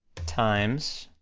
times